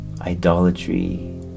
idolatry